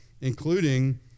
including